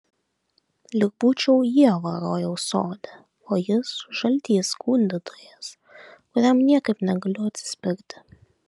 lyg būčiau ieva rojaus sode o jis žaltys gundytojas kuriam niekaip negaliu atsispirti